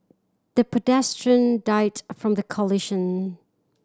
the pedestrian died from the collision